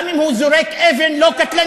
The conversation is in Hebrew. גם אם הוא זורק אבן לא קטלנית,